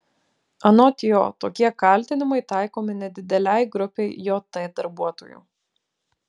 anot jo tokie kaltinimai taikomi nedidelei grupei jt darbuotojų